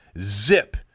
Zip